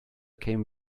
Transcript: came